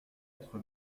être